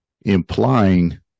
implying